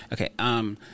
Okay